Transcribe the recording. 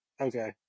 Okay